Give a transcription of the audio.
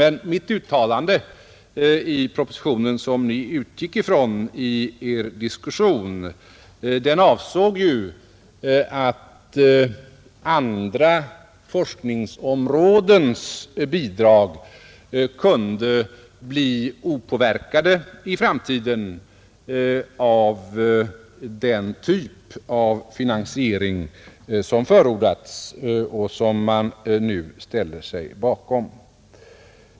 Men mitt uttalande i propositionen, som Ni utgick från i Er diskussion, avsåg att andra forskningsområdens bidrag i framtiden kunde bli opåverkade av den typ av finansiering som här förordats och som man nu ställer sig bakom.